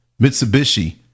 Mitsubishi